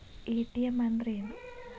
ATM ಅಂದ್ರ ಏನು?